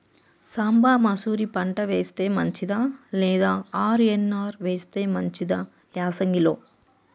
సాంబ మషూరి పంట వేస్తే మంచిదా లేదా ఆర్.ఎన్.ఆర్ వేస్తే మంచిదా యాసంగి లో?